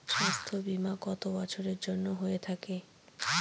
স্বাস্থ্যবীমা কত বছরের জন্য হয়ে থাকে?